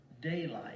daylight